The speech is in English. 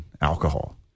alcohol